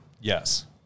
Yes